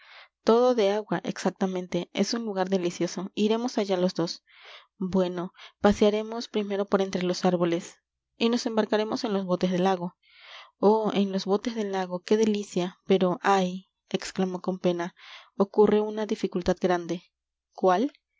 todo de agua exactamente es un lugar delicioso iremos allá los dos bueno pasearemos primero por entre los árboles y nos embarcaremos en los botes del lago oh en los botes del lago qué delicia pero ay exclamó con pena ocurre una dificultad grande cuál